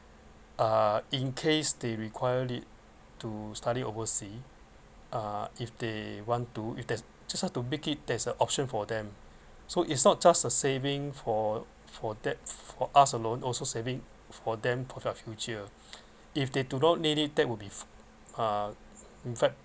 uh in case they require it to study oversea uh if they want to if there's just want to it there's a option for them so it's not just a saving for for that for us alone also saving for them for their future if they do not need it that would be uh in fact